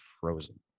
frozen